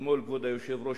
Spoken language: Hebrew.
כבוד היושב-ראש,